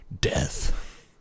death